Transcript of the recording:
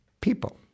people